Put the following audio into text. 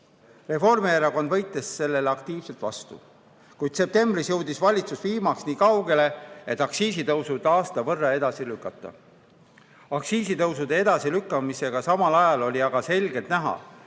Reformierakond võitles sellele aktiivselt vastu. Kuid septembris jõudis valitsus viimaks nii kaugele, et [otsustas] aktsiisitõusud aasta võrra edasi lükata. Aktsiisitõusude edasilükkamisega samal ajal oli aga selgelt näha,